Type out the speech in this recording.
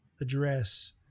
address